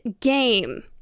game